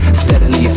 steadily